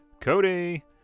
Cody